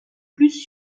plus